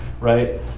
right